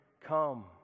come